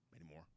anymore